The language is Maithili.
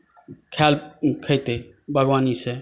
खायल खेतै बागवानी से